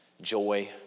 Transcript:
joy